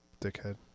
Dickhead